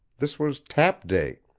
this was tap day.